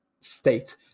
state